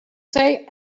say